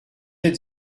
être